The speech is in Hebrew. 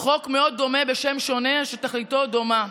חוק מאוד דומה בשם שונה, שתכליתו דומה.